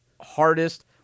hardest